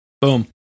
boom